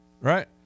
Right